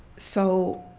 so